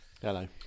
Hello